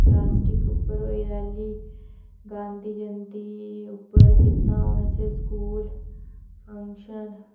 plastic पर होई rally Gandhi Jayanti पर हून कीता असें स्कूल फंक्शन